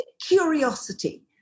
curiosity